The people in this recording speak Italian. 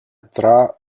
tra